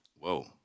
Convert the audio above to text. Whoa